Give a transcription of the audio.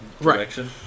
direction